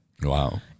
Wow